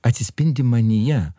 atsispindi manyje